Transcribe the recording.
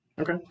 Okay